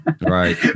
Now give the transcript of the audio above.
Right